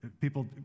People